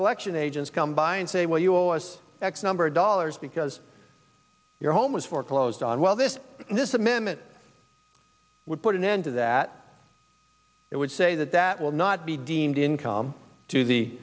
collection agents come by and say well you x number of dollars because your home was foreclosed on well this this amendment would put an end to that it would say that that will not be deemed income to the